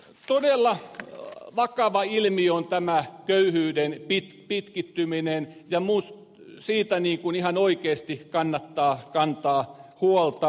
tämä köyhyyden pitkittyminen on todella vakava ilmiö ja siitä ihan oikeasti kannattaa kantaa huolta